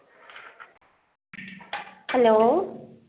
hello